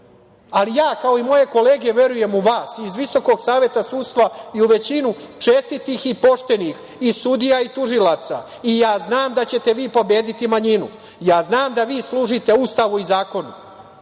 ja, kao i moje kolege verujem u vas iz Visokog saveta sudstva i u većinu čestitih i poštenih i sudija i tužilaca. Ja znam da ćete vi pobediti manjinu. Znam da vi služite Ustavu i zakonu.